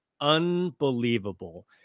unbelievable